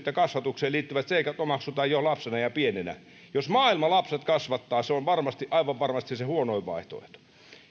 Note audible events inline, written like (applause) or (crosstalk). (unintelligible) ja kasvatukseen liittyvät seikat omaksutaan jo lapsena ja pienenä jos maailma lapset kasvattaa se on aivan varmasti se se huonoin vaihtoehto